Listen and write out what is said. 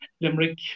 Limerick